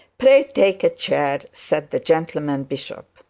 please take a chair said the gentleman bishop.